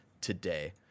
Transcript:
today